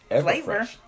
flavor